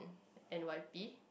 N_Y_P